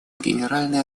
генеральной